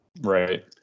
Right